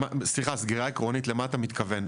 סליחה, סגירה עקרונית, למה אתה מתכוון?